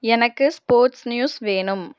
எனக்கு sports news வேணும்